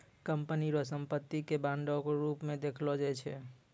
company रो संपत्ति के बांडो रो रूप मे देखलो जाय छै